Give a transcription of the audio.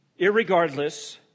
irregardless